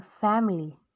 family